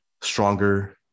stronger